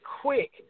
quick